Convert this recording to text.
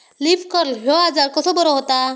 Leaf curl ह्यो आजार कसो बरो व्हता?